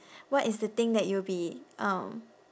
what is the thing that you will be um